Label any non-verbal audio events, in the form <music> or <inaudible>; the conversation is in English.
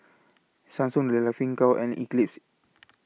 Samsung The Laughing Cow and Eclipse <noise>